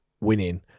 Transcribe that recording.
winning